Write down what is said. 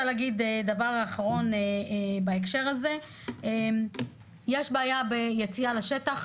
דבר אחרון בהקשר הזה, יש בעיה ביציאה לשטח.